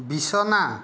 বিছনা